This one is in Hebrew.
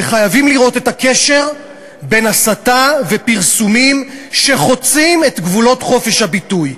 וחייבים לראות את הקשר בין הסתה ופרסומים שחוצים את גבולות חופש הביטוי.